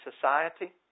society